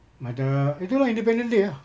pada itu lah independence day ah